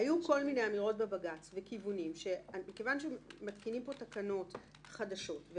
היו כל מיני אמירות בבג"צ וכיוונים שמכיוון שמתקינים פה תקנות חדשות,